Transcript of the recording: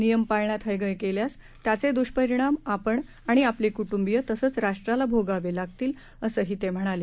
नियम पाळण्यात हयगय केल्यास त्याचे दृष्परिणाम आपण आणि आपले कुटुंबीय तसंच राष्ट्राला भोगावे लागतील असेही ते म्हणाले